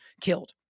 killed